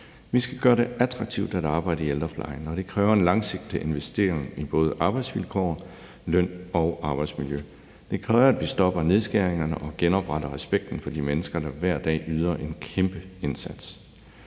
man skal gøre det attraktivt at arbejde i ældreplejen, og det kræver en langsigtet investering i både løn- og arbejdsvilkår og arbejdsmiljø. Det kræver, at vi stopper nedskæringerne og genopretter respekten for de mennesker, der hver dag yder en kæmpe indsats.